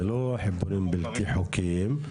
זה לא חיבורים בלתי חוקיים,